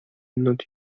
not